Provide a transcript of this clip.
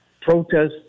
protests